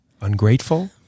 ungrateful